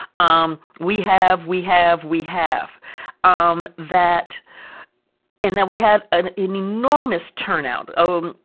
um we have we have we have um that and that. we had an enormous turnout. oh,